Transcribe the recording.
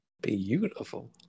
Beautiful